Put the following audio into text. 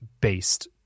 based